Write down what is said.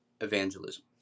evangelism